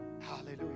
Hallelujah